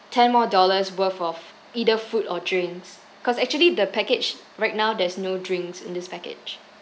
ten more dollars worth of either food or drinks cause actually the package right now there's no drinks in this package